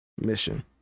mission